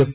F